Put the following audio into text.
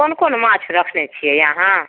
कोन कोन माँछ रखने छिए अहाँ